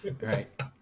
right